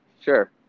Sure